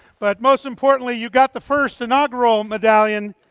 but most importantly, you got the first inaugural medallion.